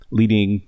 leading